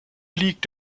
liegt